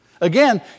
again